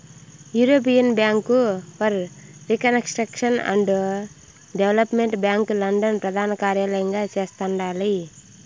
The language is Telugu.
European bank for reconstruction and development bank London ప్రదానకార్యలయంగా చేస్తండాలి